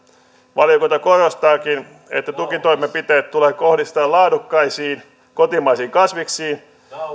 valiokunta korostaakin että tukitoimenpiteet tulee kohdistaa laadukkaisiin kotimaisiin kasviksiin